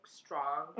strong